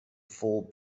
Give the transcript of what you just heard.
full